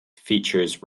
features